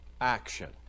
action